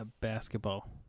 Basketball